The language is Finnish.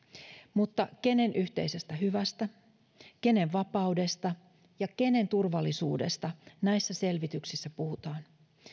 mutta kenen yhteisestä hyvästä kenen vapaudesta ja kenen turvallisuudesta näissä selvityksissä puhutaan